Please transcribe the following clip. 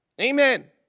Amen